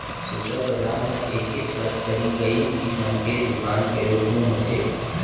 super बजार ह एके छत तरी कई किसम के दुकान के रूप म होथे